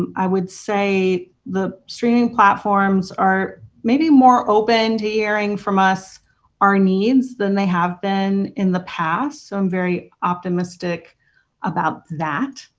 and i would say the streaming platforms are maybe more open to hearing from us our needs than they have been in the past. so i'm very optimistic about that.